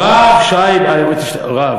הרב שי רב,